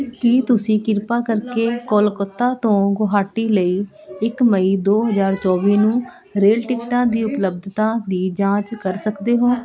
ਕੀ ਤੁਸੀਂ ਕਿਰਪਾ ਕਰਕੇ ਕੋਲਕੱਤਾ ਤੋਂ ਗੁਹਾਟੀ ਲਈ ਇੱਕ ਮਈ ਦੋ ਹਜ਼ਾਰ ਚੌਵੀ ਨੂੰ ਰੇਲ ਟਿਕਟਾਂ ਦੀ ਉਪਲੱਬਧਤਾ ਦੀ ਜਾਂਚ ਕਰ ਸਕਦੇ ਹੋ